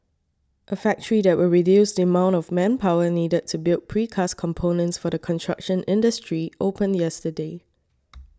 a factory that will reduce the amount of manpower needed to build precast components for the construction industry opened yesterday